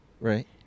Right